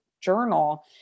journal